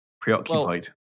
preoccupied